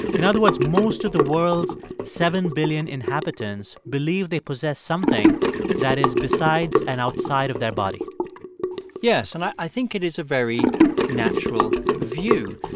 in other words, most of the world's seven billion inhabitants believe they possess something that is besides and outside of their body yes, and i think it is a very natural view.